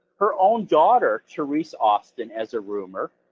her own daughter, therese austin, as a roomer,